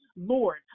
Lord